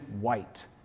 white